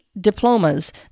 Diplomas